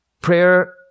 Prayer